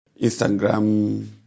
Instagram